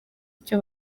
icyo